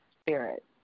spirit